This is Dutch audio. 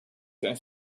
zijn